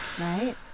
right